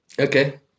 Okay